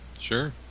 Sure